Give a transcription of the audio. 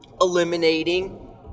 eliminating